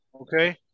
okay